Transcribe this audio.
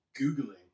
Googling